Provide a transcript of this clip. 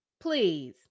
please